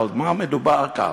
על מה מדובר כאן?